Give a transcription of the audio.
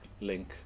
link